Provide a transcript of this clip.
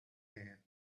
hand